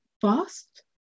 fast